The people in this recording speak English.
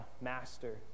Master